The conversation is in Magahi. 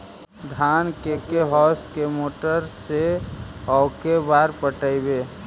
धान के के होंस के मोटर से औ के बार पटइबै?